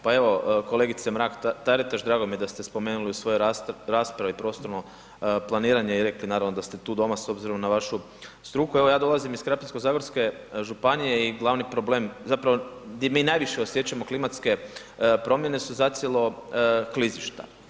Pa evo kolegi Mrak Taritaš drago mi je da ste spomenuli u svojoj raspravi prostorno planiranje i rekli naravno da ste tu doma s obzirom na struku, evo ja dolazim iz Krapinsk-zagorske županije i glavni problem, zapravo di mi najviše osjećamo klimatske promjene su zacijelo klizišta.